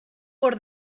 por